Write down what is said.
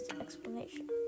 explanation